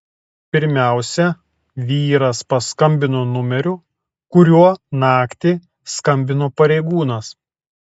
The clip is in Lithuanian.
pirmiausia vyras paskambino numeriu kuriuo naktį skambino pareigūnas